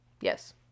Yes